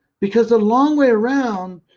because the long way around,